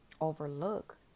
overlook